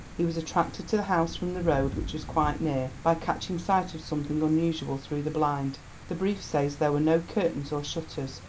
he was attracted to the house from the road, which was quite near, by catching sight of something unusual through the blind the brief says there were no curtains or shutters.